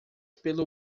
pelo